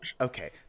okay